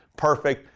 perfect.